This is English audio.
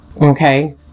okay